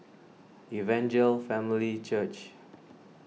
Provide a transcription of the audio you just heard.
Evangel Family Church